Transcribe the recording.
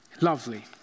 Lovely